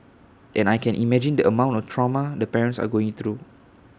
and I can imagine the amount of trauma the parents are going through